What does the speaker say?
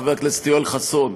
חבר הכנסת יואל חסון,